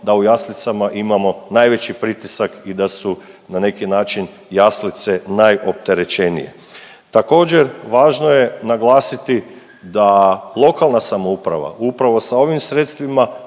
da u jaslicama imamo najveći pritisak i da su na neki način jaslice najopterećenije. Također važno je naglasiti da lokalna samouprava upravo sa ovim sredstvima